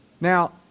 Now